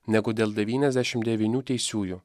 negu dėl devyniasdešimt devynių teisiųjų